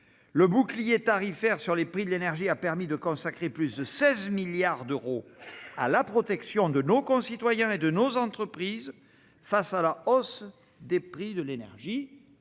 Le bouclier tarifaire sur les prix de l'énergie a ainsi permis de consacrer plus de 16 milliards d'euros à la protection de nos concitoyens et de nos entreprises face à la hausse des prix de l'énergie.